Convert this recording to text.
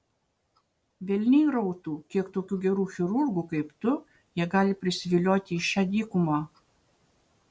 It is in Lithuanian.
velniai rautų kiek tokių gerų chirurgų kaip tu jie gali prisivilioti į šią dykumą